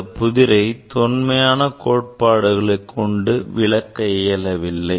இந்தப் புதிரை தொன்மையான கோட்பாடுகளை கொண்டு விளக்க இயலவில்லை